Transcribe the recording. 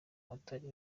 abatari